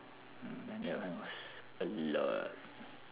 mm then that one was a lot